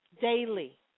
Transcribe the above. daily